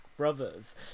brothers